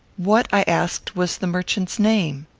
what, i asked, was the merchant's name?